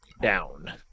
Down